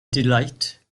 delight